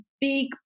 big